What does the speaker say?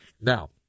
Now